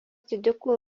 didikų